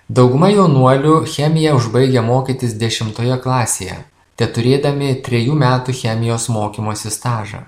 dauguma jaunuolių chemiją užbaigia mokytis dešimtoje klasėje teturėdami trejų metų chemijos mokymosi stažą